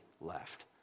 left